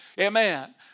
Amen